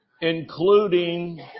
Including